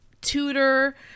tutor